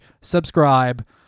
subscribe